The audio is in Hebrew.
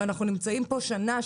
אנחנו נמצאים פה אחרי שנה,